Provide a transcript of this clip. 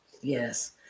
Yes